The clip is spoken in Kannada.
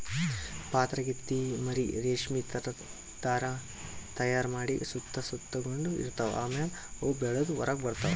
ಪಾತರಗಿತ್ತಿ ಮರಿ ರೇಶ್ಮಿ ಥರಾ ಧಾರಾ ತೈಯಾರ್ ಮಾಡಿ ಸುತ್ತ ಸುತಗೊಂಡ ಇರ್ತವ್ ಆಮ್ಯಾಲ ಅವು ಬೆಳದ್ ಹೊರಗ್ ಬರ್ತವ್